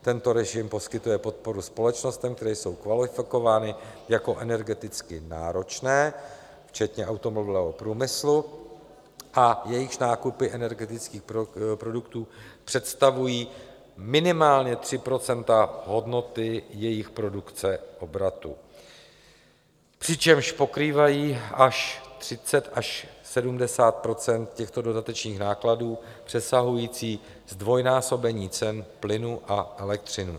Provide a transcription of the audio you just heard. Tento režim poskytuje podporu společnostem, které jsou kvalifikovány jako energeticky náročné, včetně automobilového průmyslu, jejichž nákupy energetických produktů představují minimálně 3 % hodnoty jejich produkce obratu, přičemž pokrývají 30 až 70 % těchto dodatečných nákladů přesahujících zdvojnásobení cen plynu a elektřiny.